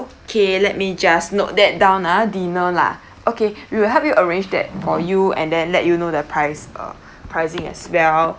okay let me just note that down ah dinner lah okay we will help you arrange that for you and then let you know that price uh pricing as well